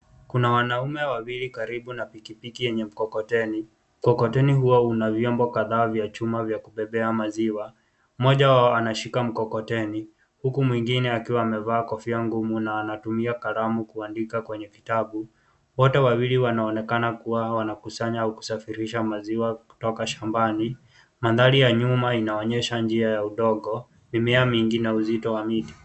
Kuna wanaume wawili karibu na pikipiki yenye mkokoteni. Mkokoteni huo una vyombo kadhaa vya chuma vya kubebea maziwa. Mmoja wao anashika mkokoteni huku mwingine akiwa amevaa kofi ngumu na anatumia kalamu kuandika kwenye kitabu. Wote wawili wanaonekana kuwa wanakusanya au kusafirisha maziwa kutoka shambani. Mandhari ya nyuma inaonyesha njia ya udogo, mimea mingi na uzito wa mili.